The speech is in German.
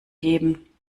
geben